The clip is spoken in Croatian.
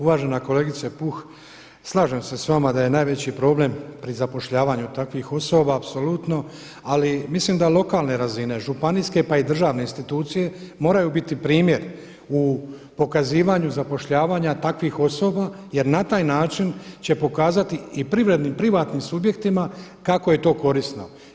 Uvažena kolegice Puh, slažem se s vama da je najveći problem pri zapošljavanju takvih osoba apsolutno ali mislim da lokalne razine, županijske pa i državne institucije moraju biti primjer u pokazivanju zapošljavanja takvih osoba jer na taj način će pokazati i privatnim subjektima kako je to korisno.